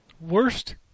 Worst